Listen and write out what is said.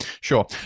sure